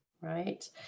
right